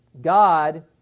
God